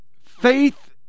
faith